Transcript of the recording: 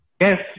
Yes